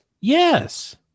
Yes